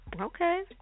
Okay